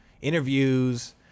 interviews